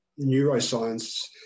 neuroscience